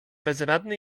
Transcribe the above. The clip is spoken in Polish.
bezradny